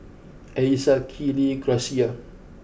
Elissa Keely Gracia